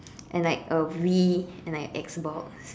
and like a Wii and like X box